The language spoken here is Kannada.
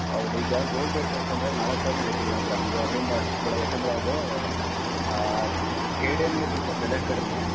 ಹೌದ್ ಈಗ ಗೋಲ್ಡ್ ರೇಟ್ ಎಷ್ಟು ಅಂದರೆ ನಾಲ್ಕು ಸಾವಿರ ನಡೀತಿದೆ ಗ್ರಾಮ್ಗೆ ಆದ್ರಿಂದ ಅಷ್ಟು ಕೊಡ ಯಾಕಂದರೆ ಅದು ಕೆ ಡಿ ಎಂಗೆ ಸ್ವಲ್ಪ ಬೆಲೆ ಕಡಿಮೆ